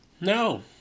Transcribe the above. No